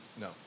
No